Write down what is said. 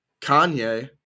Kanye